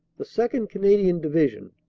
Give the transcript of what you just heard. the second. canadian division,